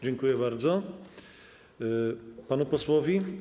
Dziękuję bardzo panu posłowi.